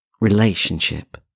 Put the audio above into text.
relationship